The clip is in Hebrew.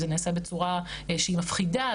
אם זה נעשה בצורה שהיא מפחידה,